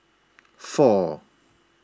four